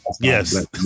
Yes